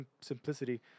simplicity